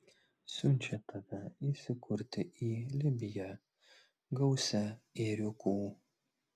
siunčia tave įsikurti į libiją gausią ėriukų